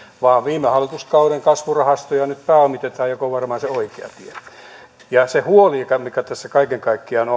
vaan viime hallituskauden kasvurahastoja nyt pääomitetaan mikä on varmaan se oikea tie ja se huoli mikä tässä kaiken kaikkiaan